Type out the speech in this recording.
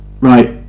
Right